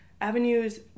avenues